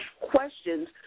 questions